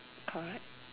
correct